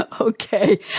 Okay